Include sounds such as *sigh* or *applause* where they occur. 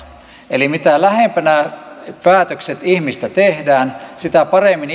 eli mitä lähempänä ihmistä päätökset tehdään sitä paremmin *unintelligible*